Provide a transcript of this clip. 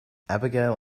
abigail